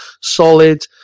solid